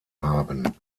haben